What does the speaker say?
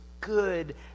good